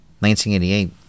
1988